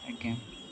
ଆଜ୍ଞା